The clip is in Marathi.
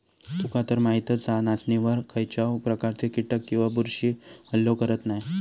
तुकातर माहीतच हा, नाचणीवर खायच्याव प्रकारचे कीटक किंवा बुरशी हल्लो करत नाय